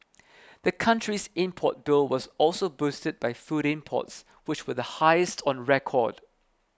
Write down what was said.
the country's import bill was also boosted by food imports which were the highest on record